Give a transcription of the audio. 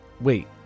Wait